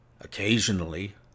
Occasionally